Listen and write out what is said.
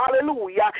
hallelujah